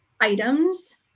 items